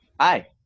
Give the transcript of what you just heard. Hi